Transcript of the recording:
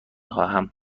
خواهم